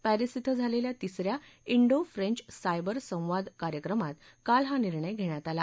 Paris क्वे झालेल्या तिस या डी फ्रेंच सायबर संवाद कार्यक्रमात काल हा निर्णय घेण्यात आला